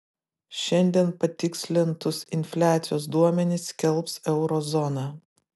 šiandien patikslintus infliacijos duomenis skelbs euro zona